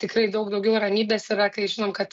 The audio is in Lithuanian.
tikrai daug daugiau ramybės yra kai žinom kad